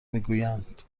میگویند